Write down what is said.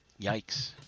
Yikes